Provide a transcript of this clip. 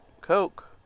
Coke